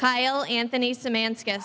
kyle anthony samantha